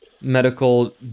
medical